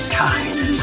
time